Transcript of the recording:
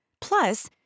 Plus